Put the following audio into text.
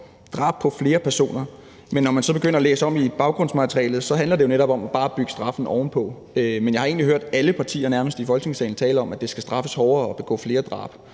drab på flere personer. Men når man så begynder at læse i baggrundsmaterialet, handler det jo netop om bare at bygge straffen ovenpå. Men jeg har egentlig hørt nærmest alle partier i Folketingssalen tale om, at det skal straffes hårdere at begå flere drab.